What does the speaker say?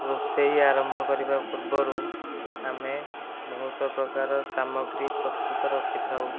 ରୋଷେଇ ଆରମ୍ଭ କରିବା ପୂର୍ବରୁ ଆମେ ବହୁତ ପ୍ରକାର ସାମଗ୍ରୀ ପ୍ରସ୍ତୁତ ରଖିଥାଉ